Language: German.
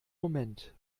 moment